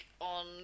on